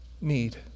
need